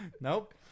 Nope